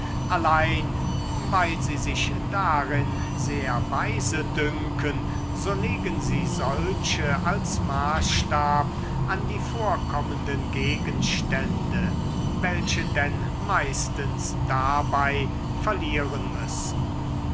allein weil sie sich darin sehr weise dünken so legen sie solche als maßstab an die vorkommenden gegenstände welche denn meistens dabei verlieren müssen